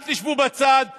אל תשבו בצד ותגידו: